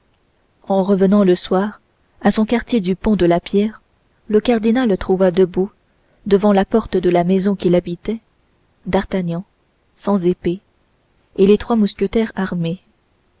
en revenant le soir à son quartier du pont de la pierre le cardinal trouva debout devant la porte de la maison qu'il habitait d'artagnan sans épée et les trois mousquetaires armés